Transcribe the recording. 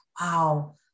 wow